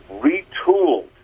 retooled